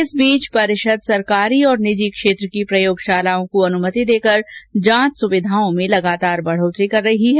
इस बीच परिषद सरकारी और निर्जी क्षेत्र की प्रयोगशालाओं को अनुमति देकर जांच सुविधाओं में निरंतर बढोतरी कर रही है